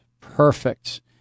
perfect